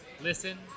listen